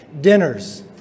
dinners